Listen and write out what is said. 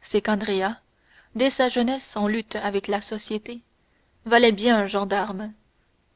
c'est qu'andrea dès sa jeunesse en lutte avec la société valait bien un gendarme